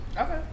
Okay